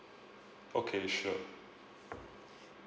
okay sure